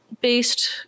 based